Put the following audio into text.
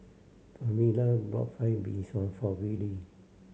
Pamela brought Fried Mee Sua for Wiley